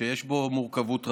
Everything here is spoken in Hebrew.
שיש בו מורכבות רבה.